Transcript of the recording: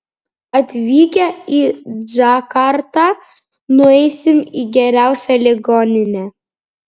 atvykę į džakartą nueisime į geriausią ligoninę